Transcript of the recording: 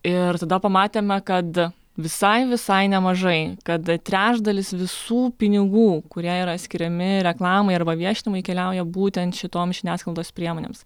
ir tada pamatėme kad visai visai nemažai kada trečdalis visų pinigų kurie yra skiriami reklamai arba viešinimui keliauja būtent šitoms žiniasklaidos priemonėms